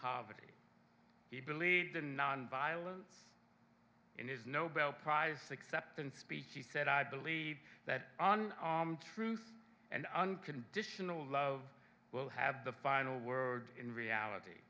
poverty he believed in nonviolence in his nobel prize acceptance speech he said i believe that truth and unconditional love will have the final word in reality